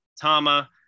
Tama